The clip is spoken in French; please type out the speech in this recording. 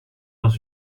dans